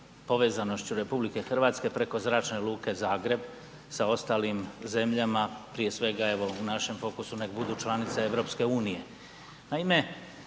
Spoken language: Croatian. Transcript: povezanošću RH preko Zračne luke Zagreb sa ostalim zemljama, prije svega evo u našem fokusu nek budu članice EU-a. Naime,